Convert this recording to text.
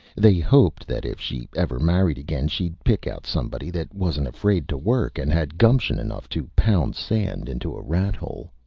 they hoped that if she ever married again she'd pick out somebody that wuzn't afraid to work, and had gumption enough to pound sand into a rat-hole.